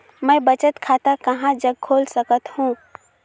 मैं बचत खाता कहां जग खोल सकत हों?